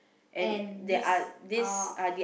and this orh